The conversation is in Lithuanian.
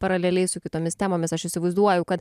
paraleliai su kitomis temomis aš įsivaizduoju kad